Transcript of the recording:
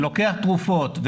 לוקח תרופות,